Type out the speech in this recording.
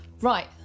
Right